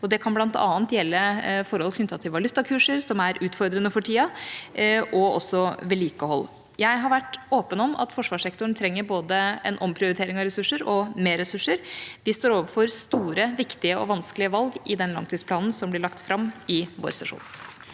Det kan bl.a. gjelde forhold knyttet til valutakurser – som er utfordrende for tida – og vedlikehold. Jeg har vært åpen om at forsvarssektoren trenger både en omprioritering av ressurser og mer ressurser. Vi står overfor store, viktige og vanskelige valg i den langtidsplanen som blir lagt fram i vårsesjonen.